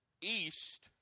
east